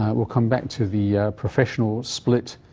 we'll come back to the professional split